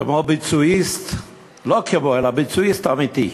כמו ביצועיסט, לא כמו, ביצועיסט אמיתי.